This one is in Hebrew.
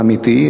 האמיתי,